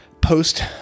post